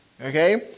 okay